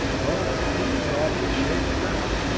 though it is the obvious shape at that!